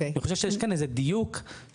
אני חושב שיש כאן איזה שהוא דיוק שצץ